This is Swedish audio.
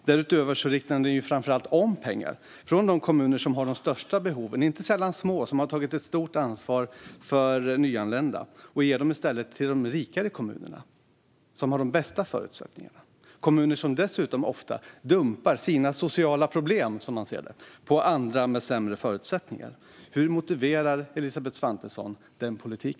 Därutöver, framför allt, riktar de om pengar från de kommuner som har de största behoven, inte sällan små kommuner som har tagit ett stort ansvar för nyanlända, för att i stället ge dem till de rikare kommunerna, som har de bästa förutsättningarna, kommuner som dessutom ofta dumpar sina sociala problem, som de ser det, på andra med sämre förutsättningar. Hur motiverar Elisabeth Svantesson denna politik?